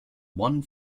one